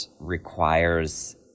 requires